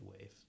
wave